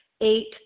Eight